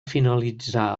finalitzar